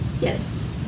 Yes